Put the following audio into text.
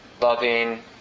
Loving